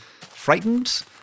frightened